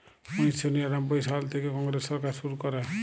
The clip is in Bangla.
উনিশ শ নিরানব্বই সাল থ্যাইকে কংগ্রেস সরকার শুরু ক্যরে